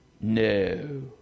no